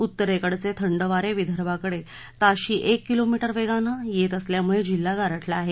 उत्तरेकडचे थंड वारे विदर्भाकडे ताशी एक किलोमीटर वेगानं येत असल्यामुळे जिल्हा गारठला आहे